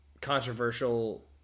controversial